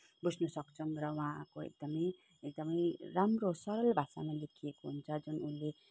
बुझ्नु सक्छौँ र उहाँको एकदमै एकदमै राम्रो सरल भाषामा लेखिएको हुन्छ जुन उनले